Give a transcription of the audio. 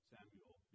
Samuel